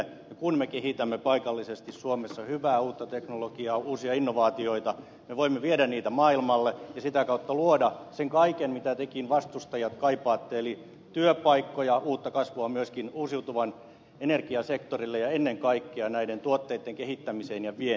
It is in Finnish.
ja kun me kehitämme paikallisesti suomessa hyvää uutta teknologiaa uusia innovaatioita me voimme viedä niitä maailmalle ja sitä kautta luoda sen kaiken mitä tekin vastustajat kaipaatte eli työpaikkoja uutta kasvua myöskin uusiutuvan energian sektorille ja ennen kaikkea näiden tuotteitten kehittämiseen ja vientiin